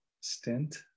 stint